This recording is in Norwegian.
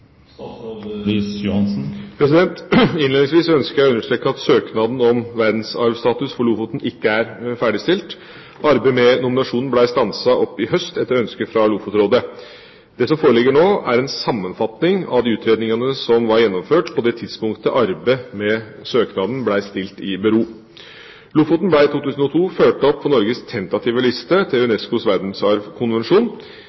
Innledningsvis ønsker jeg å understreke at søknaden om verdensarvstatus for Lofoten ikke er ferdigstilt. Arbeidet med nominasjonen ble stanset opp i høst etter ønske fra Lofotrådet. Det som foreligger nå, er en sammenfatning av de utredningene som var gjennomført på det tidspunktet arbeidet med søknaden ble stilt i bero. Lofoten ble i 2002 ført opp på Norges tentative liste til